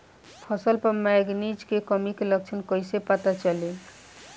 फसल पर मैगनीज के कमी के लक्षण कइसे पता चली?